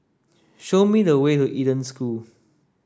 show me the way to Eden School